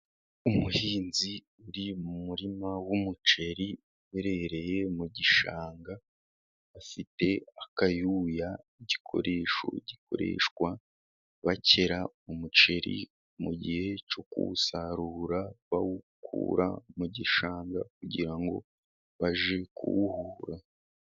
Umuhinzi uri mu murima w'umuceri uherereye mu gishanga, afite akayuya, igikoresho gikoreshwa bakera umuceri mu mu gihe cyo kuwusarura bawukura mu gishanga, kugira ngo bajye kuwuhura.